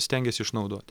stengiasi išnaudot